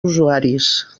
usuaris